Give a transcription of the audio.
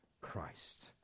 Christ